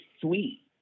sweet